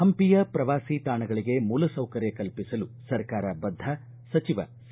ಹಂಪಿಯ ಪ್ರವಾಸಿ ತಾಣಗಳಿಗೆ ಮೂಲ ಸೌಕರ್ಯ ಕಲ್ಪಿಸಲು ಸರ್ಕಾರ ಬದ್ದ ಸಚಿವ ಸಿ